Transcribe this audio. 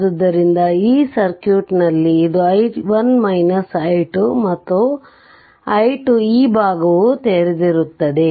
ಆದ್ದರಿಂದ ಈ ಸರ್ಕ್ಯೂಟ್ನಲ್ಲಿ ಇದು i1 i2 ಮತ್ತು i2 ಈ ಭಾಗವು ತೆರೆದಿರುತ್ತದೆ